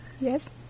Yes